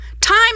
Time